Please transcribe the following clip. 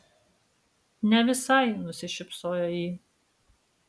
ne visai nusišypsojo ji